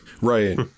right